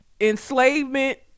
enslavement